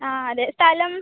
ആ അതെ സ്ഥലം